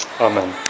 Amen